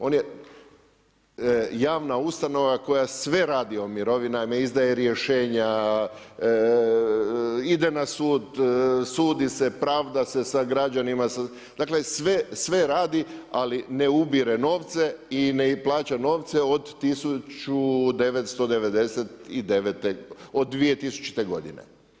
On je javna ustanova koja sve radi o mirovina, ne izdaje rješenja, ide na sud, sudi se, pravda se sa građanima dakle sve radi, ali ne ubire novce i ne plaća novce od 2000. godine.